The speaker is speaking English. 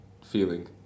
feeling